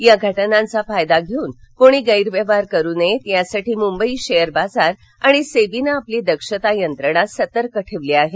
या घटनांचा फायदा घेऊन कोणी गैरव्यवहार करू नयेत यासाठी मुंबई शेअर बाजार आणि सेबीनं आपली दक्षता यंत्रणा सतर्क ठेवली आहे